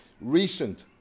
Recent